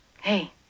Hey